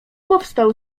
powstał